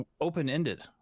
open-ended